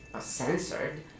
censored